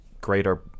greater